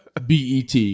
BET